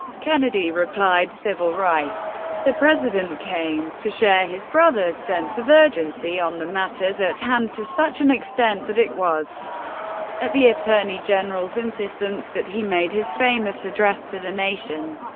kennedy replied, civil rights. the president came to share his brother's sense of urgency on the matters at hand to such an extent that it was at the attorney general's insistence that he made his famous address to the nation.